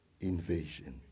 invasion